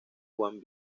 juan